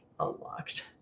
Unlocked